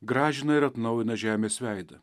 gražina ir atnaujina žemės veidą